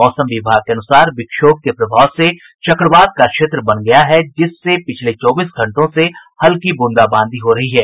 मौसम विभाग के अनुसार विक्षोभ के प्रभाव से चक्रवात का क्षेत्र बन गया है जिससे पिछले चौबीस घंटों से हल्की ब्रंदाबांदी हो रही है